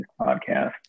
podcast